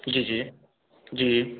जी जी जी